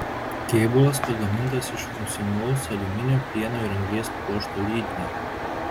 kėbulas pagamintas iš funkcionalaus aliuminio plieno ir anglies pluošto lydinio